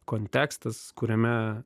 kontekstas kuriame